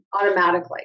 automatically